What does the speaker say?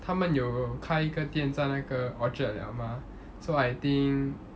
他们有开一个店在那个 orchard liao mah so I think